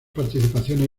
participaciones